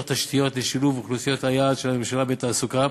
תשתיות לשילוב אוכלוסיות היעד של הממשלה בתעסוקה,